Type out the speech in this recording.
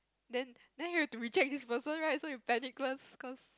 then then you have to reject this person right so you panic cause cause